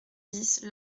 dix